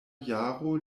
jaro